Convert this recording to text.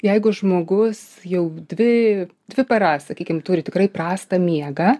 jeigu žmogus jau dvi dvi paras sakykim turi tikrai prastą miegą